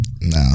no